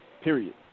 Period